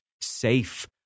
safe